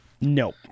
Nope